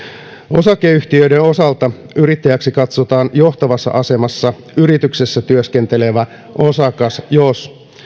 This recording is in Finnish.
osakeyhtiöiden osalta yrittäjäksi katsotaan johtavassa asemassa yrityksessä työskentelevä osakas jos